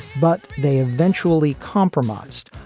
but they eventually compromised,